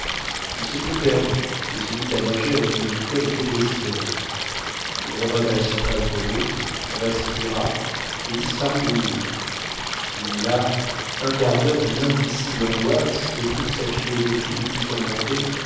il se crut perdu et se mit à nager avec une vitesse désespérée il revint à la surface de l'eau respira et disparut de nouveau il eut là un quart d heure d'une indicible angoisse que toute sa philosophie ne put surmonter